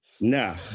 No